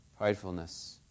pridefulness